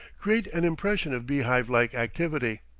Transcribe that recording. create an impression of beehive-like activity,